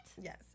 yes